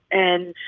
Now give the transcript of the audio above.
and,